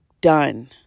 done